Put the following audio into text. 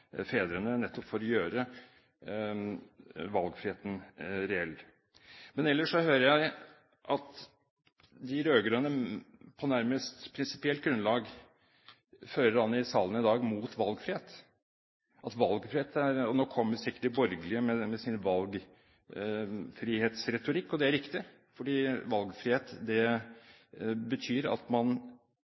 fedrene – nettopp for å gjøre valgfriheten reell. Ellers hører jeg at de rød-grønne i salen i dag på nærmest prinsipielt grunnlag fører an mot valgfrihet: Nå kommer sikkert de borgerlige med sin valgfrihetsretorikk. Og det er riktig, for valgfrihet betyr at man